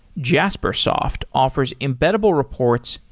jaspersoft offers embeddable reports,